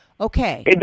Okay